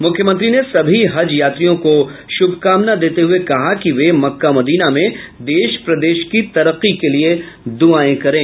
मुख्यमंत्री ने सभी हज यात्रियों को शुभकामना देते हुये कहा कि वे मक्का मदीना में देश प्रदेश की तरक्की के लिये दुआएं करें